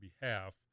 behalf